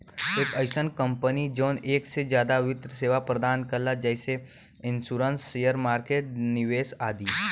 एक अइसन कंपनी जौन एक से जादा वित्त सेवा प्रदान करला जैसे इन्शुरन्स शेयर मार्केट निवेश आदि